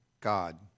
God